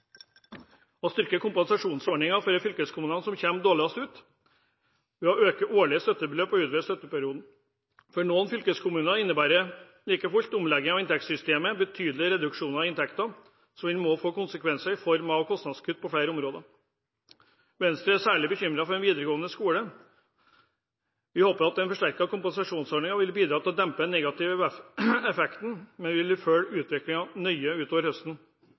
å styrke kompensasjonsordningen for de fylkeskommunene som kommer dårligst ut, ved å øke årlige støttebeløp og utvide støtteperioden. For noen fylkeskommuner innebærer like fullt omleggingen av inntektssystemet betydelige reduksjoner i inntektene, som vil måtte få konsekvenser i form av kostnadskutt på flere områder. Venstre er særlig bekymret for den videregående skolen. Vi håper den forsterkede kompensasjonsordningen vil bidra til å dempe den negative effekten, men vi vil følge utviklingen nøye utover høsten.